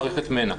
מערכת מנ"ע.